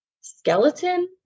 skeleton